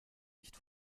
nicht